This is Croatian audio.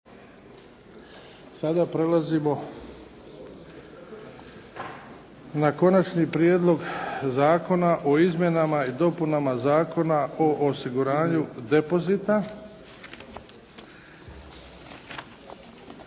evo ovaj zakon, odnosno Prijedlog zakona o izmjenama i dopunama Zakona o osiguranju depozita.